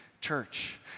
Church